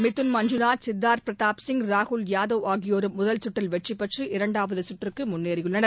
மித்தான் மஞ்சுநாத் சித்தார்த் பிரதாப் சிங் ராகுல் யாதவ் ஆகியோரும் முதல்கற்றில் வெற்றிபெற்று இரண்டாவதுசுற்றுக்குமுன்னேறியுள்ளனர்